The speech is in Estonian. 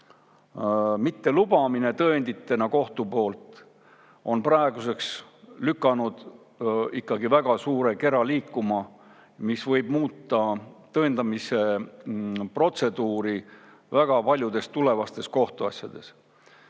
mittelubamine tõenditena on praeguseks lükanud ikkagi väga suure kera liikuma, mis võib muuta tõendamise protseduuri väga paljudes tulevastes kohtuasjades.